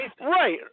Right